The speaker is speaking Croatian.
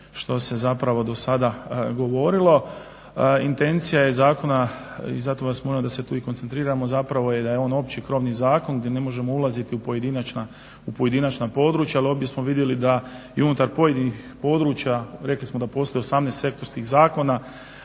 što se zapravo do sada govorilo. Intencija je zakona i zato vas molim da se tu i koncentriramo zapravo i da je on opći krovni zakon gdje ne možemo ulaziti u pojedinačna područja, ali ovdje smo vidjeli da i unutar pojedinih područja, rekli smo da postoji 18 sektorskih zakona,